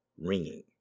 ringing